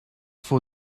for